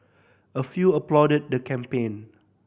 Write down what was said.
a few applauded the campaign